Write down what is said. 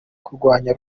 kurwanya